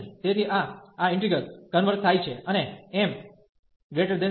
તેથી આ આ ઈન્ટિગ્રલ કન્વર્ઝ થાય છે અને m0